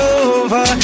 over